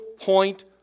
point